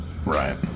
right